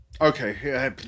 okay